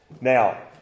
Now